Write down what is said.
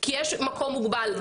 כי יש מקום מוגבל.